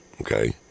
Okay